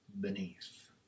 beneath